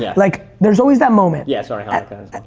yeah like, there's always that moment yeah, sorry, hanukkah as